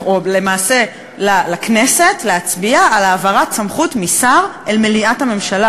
או למעשה לכנסת להצביע על העברת סמכות משר אל מליאת הממשלה.